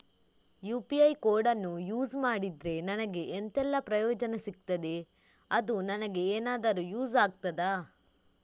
UPI ಕೋಡನ್ನು use ಮಾಡಿದ್ರೆ ನನಗೆ ಎಂಥೆಲ್ಲಾ ಪ್ರಯೋಜನ ಸಿಗ್ತದೆ, ಅದು ನನಗೆ ಎನಾದರೂ ಯೂಸ್ ಆಗ್ತದಾ?